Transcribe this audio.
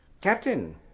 Captain